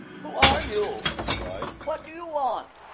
who are you? he cried. what do you want?